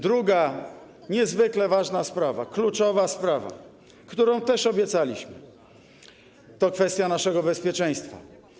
Druga niezwykle ważna sprawa, kluczowa, którą też obiecaliśmy, to kwestia naszego bezpieczeństwa.